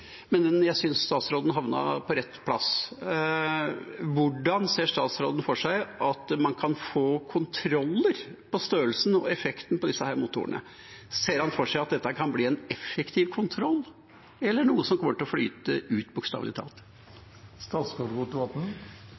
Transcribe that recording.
men jeg synes statsråden havnet på rett plass. Hvordan ser statsråden for seg at man kan få kontroller av størrelsen på og effekten av disse motorene? Ser han for seg at dette kan bli en effektiv kontroll, eller noe som kommer til å flyte ut,